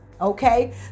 Okay